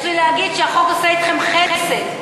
יש לי להגיד שהחוק עושה אתכם חסד.